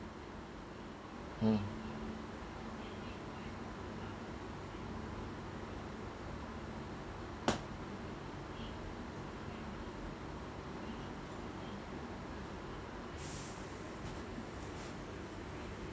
mm